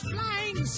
Flying